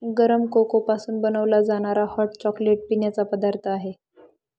गरम कोको पासून बनवला जाणारा हॉट चॉकलेट पिण्याचा पदार्थ आहे